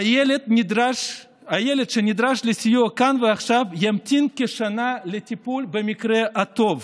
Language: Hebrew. הילד שנדרש לו סיוע כאן ועכשיו ימתין כשנה לטיפול במקרה הטוב.